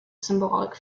symbolic